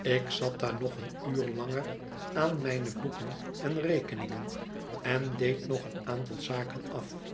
ik zat daar nog een uur langer aan mijne boeken en rekeningen en deed nog een aantal zaken af